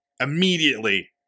Immediately